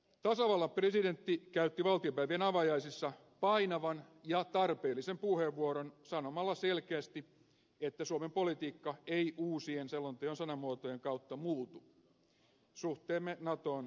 tasavallan presidentti käytti valtiopäivien avajaisissa painavan ja tarpeellisen puheenvuoron sanomalla selkeästi että suomen politiikka ei uusien selonteon sanamuotojen kautta muutu suhteemme natoon säilyy ennallaan